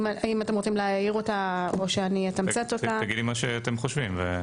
שמבקשת שנקבע הוראת מעבר לגבי הסימון.